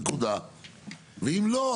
ואם לא,